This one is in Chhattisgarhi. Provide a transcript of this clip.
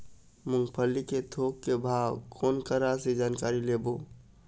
मूंगफली के थोक के भाव कोन करा से जानकारी लेबो?